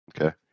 Okay